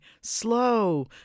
slow